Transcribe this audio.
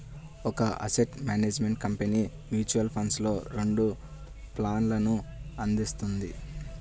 ఒక asset management company mutual ఫండ్స్లో రెండు ప్లాన్లను అందిస్తుంది